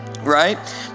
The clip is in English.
right